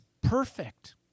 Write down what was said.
perfect